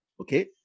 Okay